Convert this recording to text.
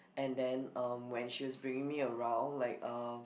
and then um when she was bringing me around like uh